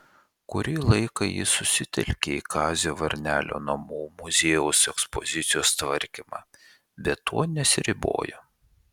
kurį laiką ji susitelkė į kazio varnelio namų muziejaus ekspozicijos tvarkymą bet tuo nesiribojo